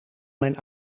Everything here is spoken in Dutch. mijn